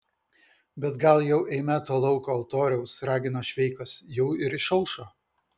bet gal jau eime to lauko altoriaus ragino šveikas jau ir išaušo